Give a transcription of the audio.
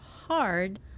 hard